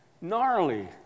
Gnarly